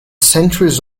centuries